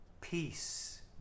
Peace